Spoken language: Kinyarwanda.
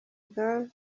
gaulle